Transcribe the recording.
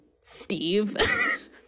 Steve